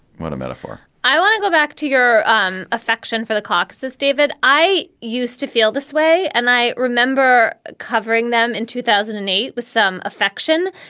what a metaphor i want to go back to your um affection for the caucuses, david. i used to feel this way, and i remember covering them in two thousand and eight with some affection.